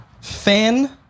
fan